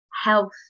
health